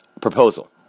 proposal